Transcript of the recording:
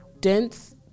dense